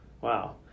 Wow